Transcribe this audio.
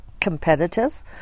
competitive